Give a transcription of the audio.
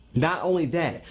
not only that,